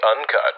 Uncut